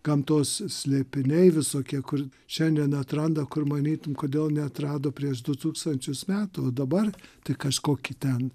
gamtos slėpiniai visokie kur šiandien atranda kur manytum kodėl neatrado prieš du tūkstančius metų dabar tai kažkokį ten